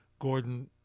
Gordon